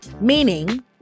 Meaning